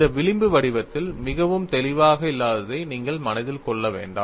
இந்த விளிம்பு வடிவத்தில் மிகவும் தெளிவாக இல்லாததை நீங்கள் மனதில் கொள்ள வேண்டும்